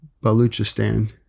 Baluchistan